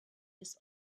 his